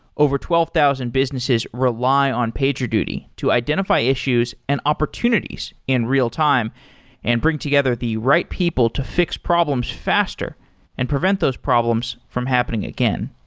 over twelve thousand businesses rely on pagerduty to identify issues and opportunities in real time and bring together the right people to fix problems faster and prevent those problems from happening again.